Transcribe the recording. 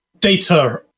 data